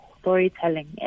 storytelling